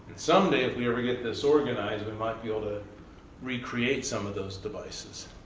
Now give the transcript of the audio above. someday, if we ever get this organized, we might be able to recreate some of those devices.